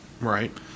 Right